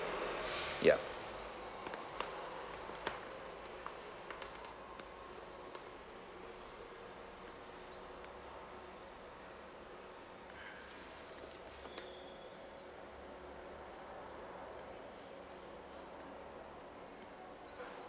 yup